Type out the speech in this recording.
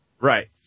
Right